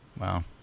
Wow